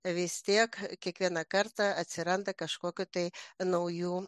vis tiek kiekvieną kartą atsiranda kažkokių tai naujų